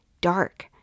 dark